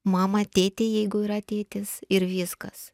mamą tėtį jeigu yra tėtis ir viskas